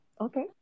okay